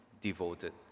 devoted